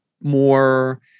more